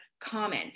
common